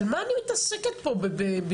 מה אני מתעסקת פה זה שטויות,